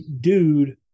dude